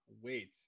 wait